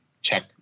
check